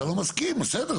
אתה לא מסכים, בסדר.